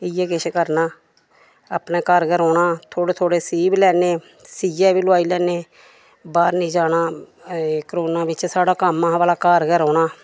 इ'यै किश करना अपने घर गै रौह्ना थोह्ड़े थोह्डे़ सीऽ बी लैने सीयै बी लोआई लैने बाहर निं जाना करोना बिच साढ़ा कम्म हा भला घर गै रौह्ना